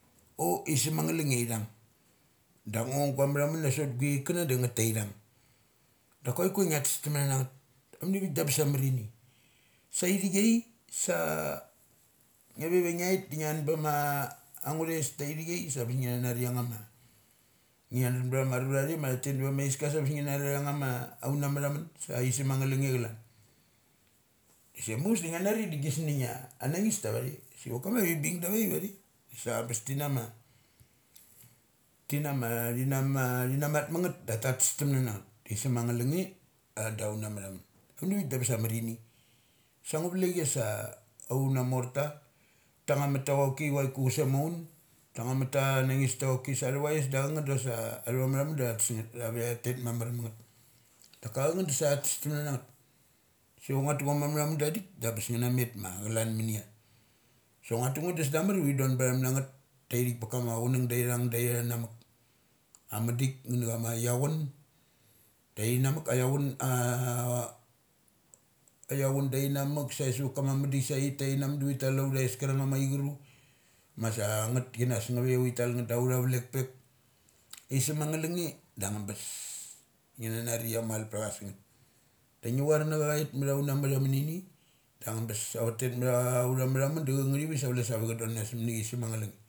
Or isem angnga lunge iathung dak ngo gua matha mun nasot aungi chaik kana dangeth taithung. Dak kuai ku ia ngra tes tumna na ngeth. Avanivik de ambes ia amarini. Saithicha sa nga ve va ngpait dangian na ma angutheis taithichai sa bes ngi na nari angnga ma. Ngia den ba ma rura te matha tet nava kaiska sa bes ngi nar ang ngama auna mathamun. Aisum angnga lunge chalan. Se muchus sengi nari da gisnia anaingis ta ava thivik so onok kama vibing da vai vathe. Sa abes tinama, tinama, tina mat mangeth da tes tan na na ngeth. Isem angnga lunge a ds un na matha mur. Vari vik da besia amarini. Sang ngu vlek ia sa aunamorta. Tangngam at ta choki chuai ku chusek ma uno tangnga mat ta nangista choki sa athvais da changrth dasa athava matha mun da tes ngeth da tha vetha lrt mamar mangeth. Dasa changeth da tha tes tum na ngeth. So chok ngua tam mun na cha ma matha mun da dak da bes tona met ma chalan munia. So chok ngua tugeth do chok sta marna ngeth. Ngi thon bathum na ngeth taithik ma kama chunang daithung, daithung namuk. Am madik nga nacha ma aiachu tai tha namuk aiachun ara chun darna muk save sam kama madik sa ithiktarna muk uthi tal authais karang ama aiguru. Masa ngeth kinas uve tal ngeth da utha valek pek isum angnga lung nge dang ambes ngi na nari ia mal pthacha sung ngeth. Da ngi var na cha ia cha it ma tha una matha munini dang ambes. Autet matha avamatha mun da changet visa chule sa chave cha don nanas sammuni aisem angnga lungne.